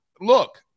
look